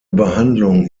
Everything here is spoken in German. behandlung